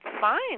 fine